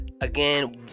again